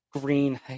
green